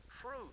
truth